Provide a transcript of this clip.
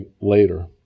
later